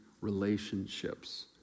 relationships